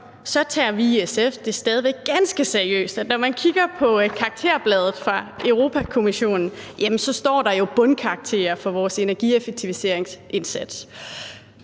tager vi det i SF stadig væk ganske seriøst, at når man kigger på karakterbladet fra Europa-Kommissionen, så står der jo bundkarakter for vores energieffektiviseringsindsats.